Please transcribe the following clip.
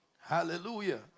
Hallelujah